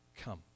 come